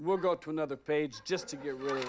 we'll go to another page just to get really